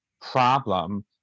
problem